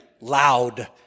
loud